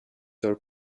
are